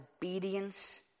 obedience